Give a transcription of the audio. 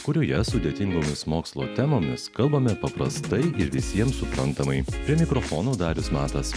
kurioje sudėtingomis mokslo temomis kalbame paprastai ir visiems suprantamai prie mikrofonų darius matas